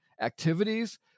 activities